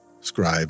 Scribe